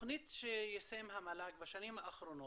התוכנית שיישם המל"ג בשנים האחרונות,